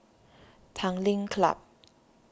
Tanglin Club